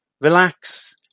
relax